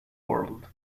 world